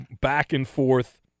back-and-forth